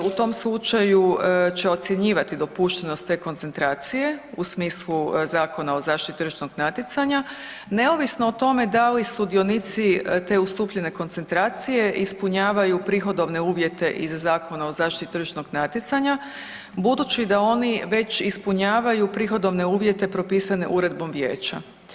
AZTN u tom slučaju će ocjenjivati dopuštenost te koncentracije u smislu Zakona o zaštiti tržišnog natjecanja neovisno o tome da li sudionici te ustupljene koncentracije ispunjavaju prihodovne uvjete iz Zakona o zaštiti tržišnog natjecanja budući da oni već ispunjavaju prihodovne uvjete propisane uredbom Vijeća.